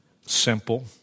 Simple